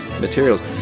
materials